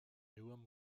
newnham